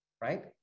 right